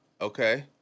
Okay